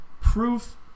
proof